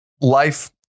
life